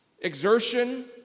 exertion